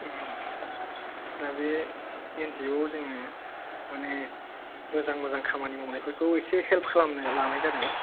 दा बे एनजिअ आव जोङो माने मोजां मोजां खामानि मावनायफोरखौ एसे हेल्प खालामनो लानाय जादों